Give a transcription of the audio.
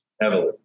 heavily